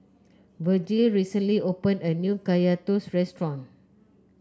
Virgel recently opened a new Kaya Toast restaurant